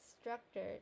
structured